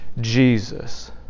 Jesus